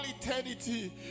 eternity